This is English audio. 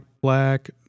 Black